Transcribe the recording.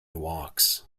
walks